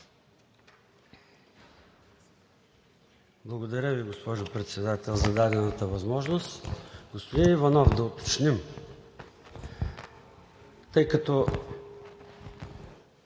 Благодаря Ви, госпожо Председател, за дадената възможност. Господин Иванов, да уточним, тъй като